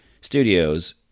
Studios